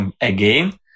again